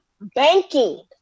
banking